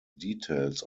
details